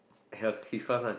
cannot his class one